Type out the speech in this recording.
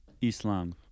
Islam